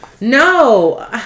No